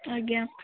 ଆଜ୍ଞା